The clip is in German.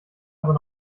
aber